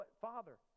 Father